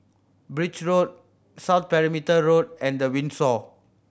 Birch Road South Perimeter Road and The Windsor